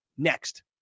Next